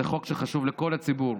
זה חוק שחשוב לכל הציבור.